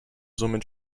somit